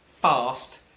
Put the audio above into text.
fast